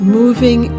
moving